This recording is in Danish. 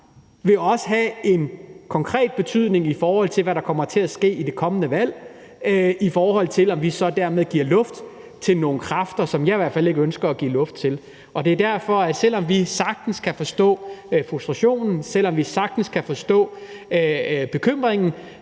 vil have en konkret betydning for, hvad der kommer til at ske ved det kommende valg, i forhold til om vi så dermed giver luft til nogle kræfter, som jeg i hvert fald ikke ønsker at give luft til. Det er derfor, at vi, selv om vi sagtens kan forstå frustrationen, selv om vi sagtens kan forstå bekymringen,